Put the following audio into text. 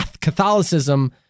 Catholicism